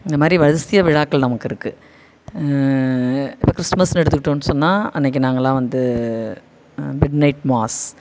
இந்த மாதிரி வரிசையாக விழாக்கள் நமக்கு இருக்குது இப்போ கிறிஸ்மஸ்னு எடுத்துக்கிட்டோம்னு சொன்னால் அன்னைக்கு நாங்களெல்லாம் வந்து மிட் நைட் மாஸ்